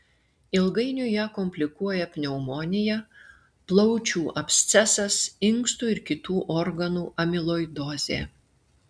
ilgainiui ją komplikuoja pneumonija plaučių abscesas inkstų ir kitų organu amiloidozė